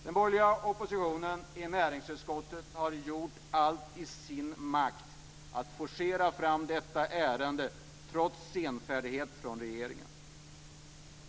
Den borgerliga oppositionen i näringsutskottet har gjort allt som står i dess makt för att forcera fram detta ärende, trots senfärdighet från regeringen.